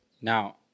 Now